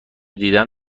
دیدم